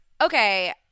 Okay